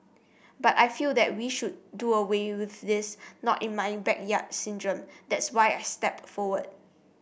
but I feel that we should do away with this not in my backyard syndrome that's why I stepped forward